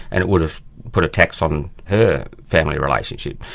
and it would have put a tax on her family relationship.